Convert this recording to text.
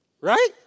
right